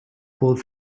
pulled